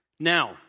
Now